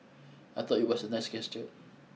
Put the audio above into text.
I thought it was a nice gesture